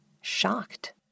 shocked